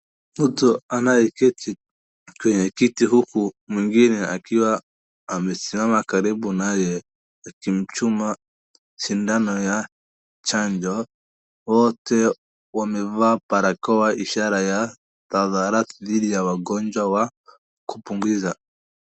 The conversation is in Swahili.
Mtu anayeketi kwenye kiti uku mwingine akiwa amesimama karibu naye akimchoma sindano ya chanjo. Wote wamevaa barakoa ishara ya hadhari dhidi ya magonjwa wa kuambukiza.